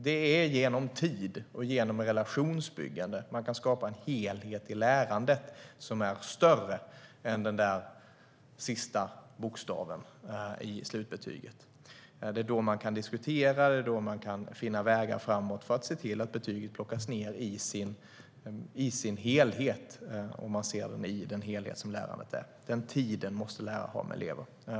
Det är genom tid och genom relationsbyggande som man kan skapa en helhet i lärandet som är större än den där sista bokstaven i slutbetyget. Det är då man kan diskutera det och kan finna vägar framåt för att se till att betyget plockas ned i dess helhet om man ser lärandet som en helhet. Denna tid måste lärare ha med elever.